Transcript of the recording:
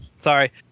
Sorry